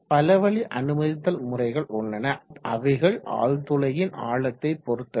பலவழி அனுமதித்தல் முறைகள் உள்ளன அவைகள் ஆழ்துளையின் ஆழத்தை பொறுத்தது